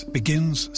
begins